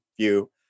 view